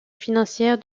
financière